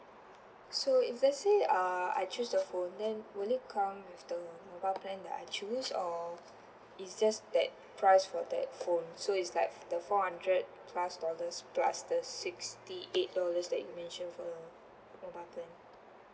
so if let's say err I choose the phone then will it come with the mobile plan that I choose or it's just that price for that phone so it's like the four hundred plus dollars plus the sixty eight dollars that you mentioned for the mobile plan